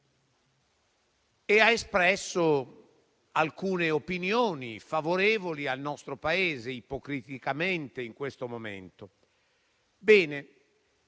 esprimendo alcune opinioni favorevoli al nostro Paese, ipocritamente in questo momento.